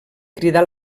cridar